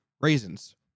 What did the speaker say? raisins